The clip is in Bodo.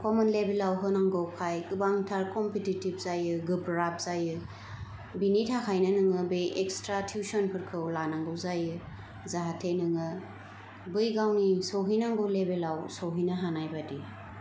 कम्मन लेभेलाव होनांगौखाय गोबांथार कमपेटेटिभ जायो गोब्राब जायो बेनि थाखायनो नोङो बे एक्सट्रा टिउसनफोरखौ लानांगौ जायो जाहाथे नोङो बै गावनि सौहैनांगौ लेभेलाव सौहैनो हानाय बादि